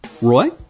Roy